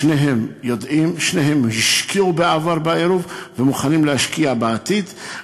שתיהן יודעות ושתיהן השקיעו בעבר בעירוב ומוכנות להשקיע בעתיד.